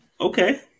Okay